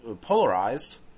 polarized